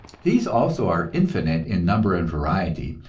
these also are infinite in number and variety.